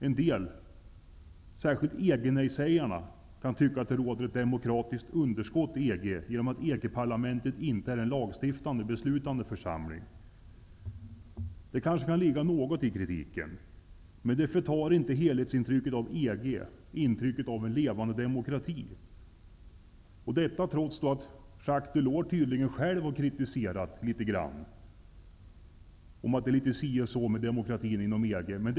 En del, särskilt EG-nejsägarna, kan tycka att det råder ett demokratiskt underskott i EG genom att EG-parlamentet inte är en lagstiftande beslutande församling. Det kanske kan ligga något i kritiken, men det förtar inte helhetsintrycket av EG - intrycket av en levande demokrati. Jacques Delors har tydligen själv kritiserat demokratin inom EG.